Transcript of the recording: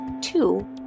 two